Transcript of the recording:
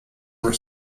were